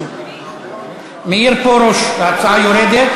מאיר פרוש, ההצעה יורדת.